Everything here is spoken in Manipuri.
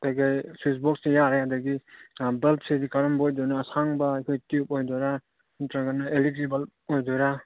ꯀꯩꯀꯩ ꯁ꯭ꯋꯤꯁꯕꯣꯛꯁꯁꯦ ꯌꯥꯔꯦ ꯑꯗꯒꯤ ꯕꯜꯕꯁꯤꯗꯤ ꯀꯔꯝꯕ ꯑꯣꯏꯗꯣꯏꯅꯣ ꯑꯁꯥꯡꯕ ꯑꯩꯈꯣꯏ ꯇ꯭ꯌꯨꯞ ꯑꯣꯏꯗꯣꯏꯔꯥ ꯅꯠꯇ꯭ꯔꯒꯅ ꯑꯦꯜ ꯏ ꯗꯤ ꯕꯜꯕ ꯑꯣꯏꯗꯣꯏꯔꯥ